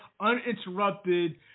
uninterrupted